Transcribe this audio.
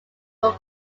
were